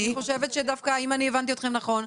אני חושבת שדווקא אם אני הבנתי אתכם נכון,